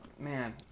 man